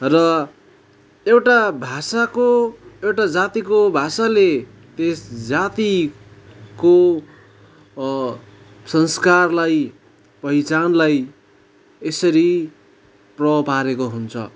र एउटा भाषाको एउटा जातिको भाषाले त्यस जातिको संस्कारलाई पहिचानलाई यसरी प्रभाव पारेको हुन्छ